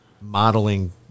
modeling